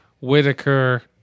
Whitaker